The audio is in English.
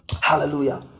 hallelujah